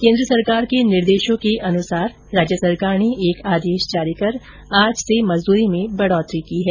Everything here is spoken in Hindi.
केन्द्र सरकार के निर्देशों के अनुसार राज्य सरकार ने एक आदेश जारी कर आज से मजदूरी में वृद्धि की है